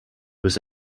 was